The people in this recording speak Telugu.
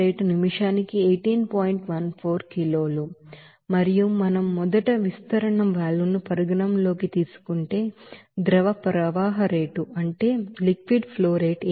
14 కిలోలు మరియు మనం మొదట విస్తరణ వాల్వ్ ను పరిగణనలోకి తీసుకుంటే ఫ్లూయిడ్ ఫ్లో రేట్ద్రవ ప్రవాహ రేటు 18